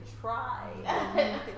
try